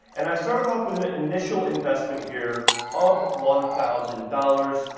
and i started off with an initial investment here of one thousand dollars.